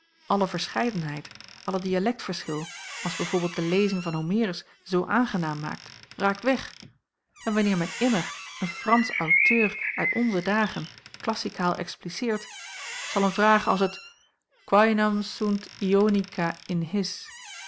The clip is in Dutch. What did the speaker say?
alle verscheidenheid alle dialektverschil als b v de lezing van homerus zoo aangenaam maakt raakt weg en wanneer men immer een fransch auteur uit onze dagen klassikaal expliceert zal een vraag als het quaenam sunt ionica in his